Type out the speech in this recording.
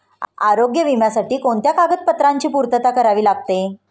आरोग्य विम्यासाठी कोणत्या कागदपत्रांची पूर्तता करावी लागते?